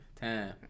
Time